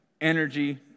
energy